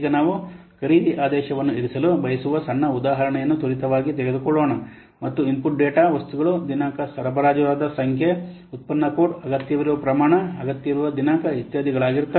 ಈಗ ನಾವು ಖರೀದಿ ಆದೇಶವನ್ನು ಇರಿಸಲು ಬಯಸುವ ಸಣ್ಣ ಉದಾಹರಣೆಯನ್ನು ತ್ವರಿತವಾಗಿ ತೆಗೆದುಕೊಳ್ಳೋಣ ಮತ್ತು ಇನ್ಪುಟ್ ಡೇಟಾ ವಸ್ತುಗಳು ದಿನಾಂಕ ಸರಬರಾಜುದಾರ ಸಂಖ್ಯೆ ಉತ್ಪನ್ನ ಕೋಡ್ ಅಗತ್ಯವಿರುವ ಪ್ರಮಾಣ ಅಗತ್ಯವಿರುವ ದಿನಾಂಕ ಇತ್ಯಾದಿಗಳಾಗಿರುತ್ತವೆ